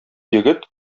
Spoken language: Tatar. егет